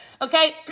Okay